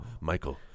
Michael